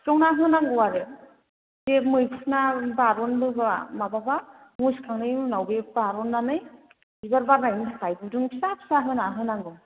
थुफ्लंना होनांगौ आरो बे मैखुना बारननोबा माबाबा मुसिखांनायनि उनाव बे बारननानै बिबार बारनायनि थाखाय गुदुं फिसा फिसा होनानै होनांगौ